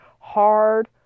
hard